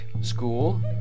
school